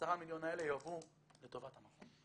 עשרה המיליון האלה יועברו לטובת המכון.